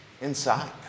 inside